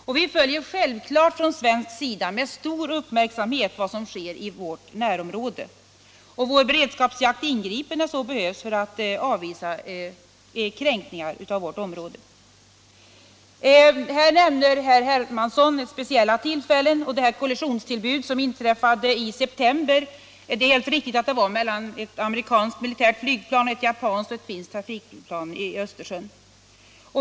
Vi följer självfallet från svensk sida med stor uppmärksamhet vad som sker i vårt närområde, och vår beredskapsjakt ingriper när så behövs för att avvisa kränkningar av vårt område. Här nämner herr Hermansson speciella tillfällen, och det är helt riktigt att de kollisionstillbud som inträffade i december gällde amerikanskt flyg resp. japanskt och finskt trafikplan i Östersjön.